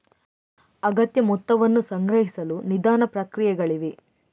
ಅಗತ್ಯ ಮೊತ್ತವನ್ನು ಸಂಗ್ರಹಿಸಲು ನಿಧಾನ ಪ್ರಕ್ರಿಯೆಗಳಿವೆ